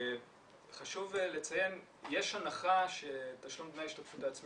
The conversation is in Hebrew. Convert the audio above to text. חשוב לציין יש הנחה שתשלום דמי ההשתתפות העצמית